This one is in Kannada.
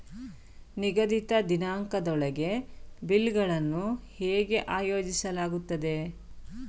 ನಿಗದಿತ ದಿನಾಂಕದೊಳಗೆ ಬಿಲ್ ಗಳನ್ನು ಹೇಗೆ ಆಯೋಜಿಸಲಾಗುತ್ತದೆ?